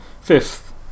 fifth